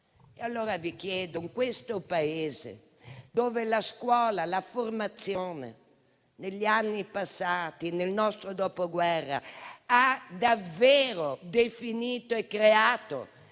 sostenuta. Ebbene, in questo Paese la scuola e la formazione, negli anni passati, nel nostro Dopoguerra, ha davvero definito e creato